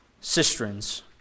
cisterns